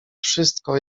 wszystko